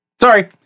Sorry